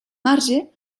marge